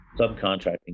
subcontracting